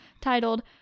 titled